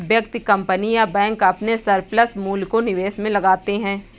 व्यक्ति, कंपनी या बैंक अपने सरप्लस मूल्य को निवेश में लगाते हैं